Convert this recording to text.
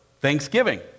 thanksgiving